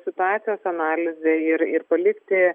situacijos analize ir ir palikti